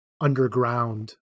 underground